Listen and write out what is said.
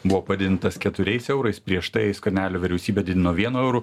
buvo padidintas keturiais eurais prieš tai skvernelio vyriausybė didino vienu euru